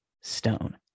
Stone